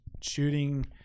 shooting